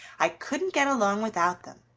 i couldn't get along without them.